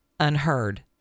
unheard